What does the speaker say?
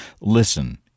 Listen